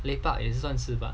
lepak 也算是吧